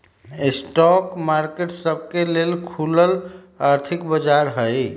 spot market सबके लेल खुलल आर्थिक बाजार हइ